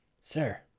Sir